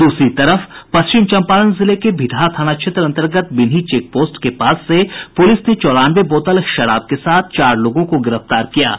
दूसरी तरफ पश्चिम चम्पारण जिले के भिठहा थाना क्षेत्र अन्तर्गत बिनही चेक पोस्ट के पास से पुलिस ने चौरानवे बोतल शराब के साथ चार लोगों को गिरफ्तार किया है